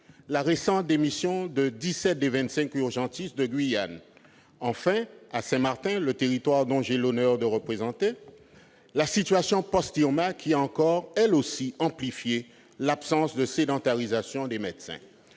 la récente démission de 17 des 25 urgentistes de Guyane ; enfin, à Saint-Martin, le territoire que j'ai l'honneur de représenter, la situation post-Irma, qui a encore amplifié l'absence de sédentarisation des médecins.